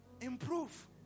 Improve